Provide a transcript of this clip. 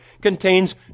contains